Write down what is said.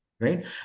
right